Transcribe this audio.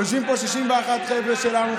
יושבים פה 61 חבר'ה שלנו,